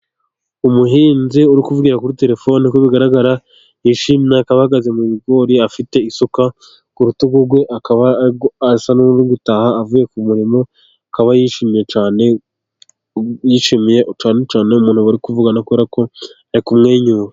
Umuhinzi uri kuvugira kuri telefone, uko bigaragara yishimye akaba ahagaze mu bigori afite isuka ku rutugu rwe, akaba asa n'uri gutaha avuye ku murimo, akaba yishimye cyane yishimiye cyane cyane umuntu bari kuvugana kubera ko ari kumwenyura.